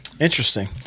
interesting